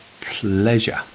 pleasure